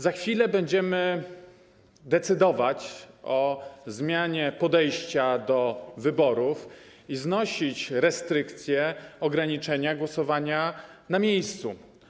Za chwilę będziemy decydować o zmianie podejścia do wyborów i znosić restrykcje, ograniczenia dotyczące głosowania na miejscu.